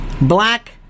black